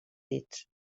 dits